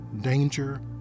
danger